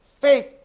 Faith